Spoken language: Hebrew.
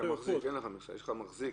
--- אין לך מכסה, אתה מחזיק.